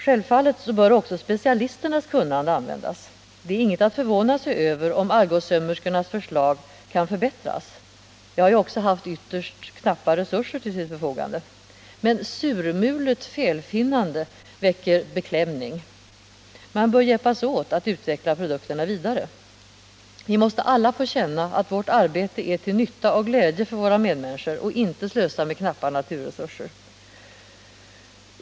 Självfallet bör också specialisternas kunnande användas. Det är inget att förvåna sig över, om Algotssömmerskornas förslag kan förbättras. De har haft ytterst begränsade resurser till sitt förfogande. Surmulet felfinnande väcker emellertid beklämning. Man bör hjälpas åt att utveckla produkterna vidare. Vi måste alla få känna att vårt arbete är till nytta och glädje för våra medmänniskor och inte slösa med knappa naturresurser.